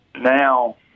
Now